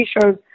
shows